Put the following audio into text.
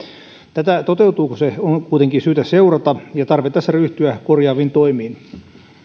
tätä toteutuuko se on syytä seurata ja tarvittaessa ryhtyä korjaaviin toimiin